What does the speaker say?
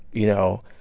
you know,